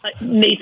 Nathan